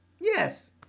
Yes